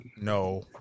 No